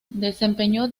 desempeñó